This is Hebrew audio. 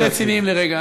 בואו נהיה רציניים לרגע.